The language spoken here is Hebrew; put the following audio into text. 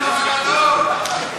הדיקטטור הגדול.